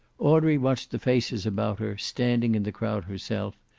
audrey watched the faces about her, standing in the crowd herself,